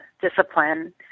discipline